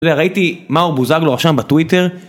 ראיתי מאור בוזגלו רשם בטוויטר